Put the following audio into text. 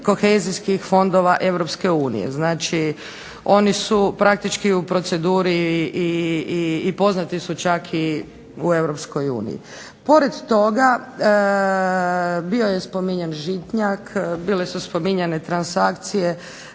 kohezijskih fondova EU, znači oni su praktički u proceduri i poznati su i u EU. Pored toga bio je spominjan Žitnjak, bile su spominjane transakcije,